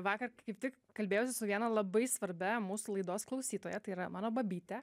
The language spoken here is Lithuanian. vakar kaip tik kalbėjosi su viena labai svarbia mūsų laidos klausytoja tai yra mano babyte